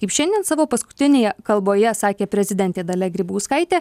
kaip šiandien savo paskutinėje kalboje sakė prezidentė dalia grybauskaitė